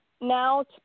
now